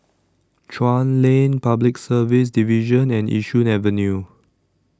Chuan Lane Public Service Division and Yishun Avenue